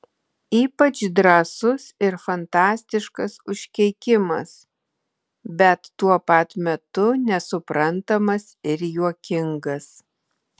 ypač drąsus ir fantastiškas užkeikimas bet tuo pat metu nesuprantamas ir juokingas